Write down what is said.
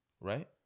Right